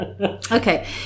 Okay